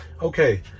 Okay